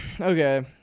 Okay